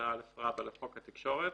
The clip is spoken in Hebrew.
59א לחוק התקשורת,